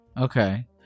Okay